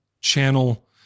channel